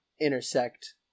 intersect